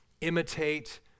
imitate